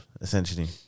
essentially